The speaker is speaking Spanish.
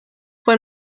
fue